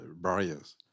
barriers